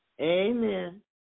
amen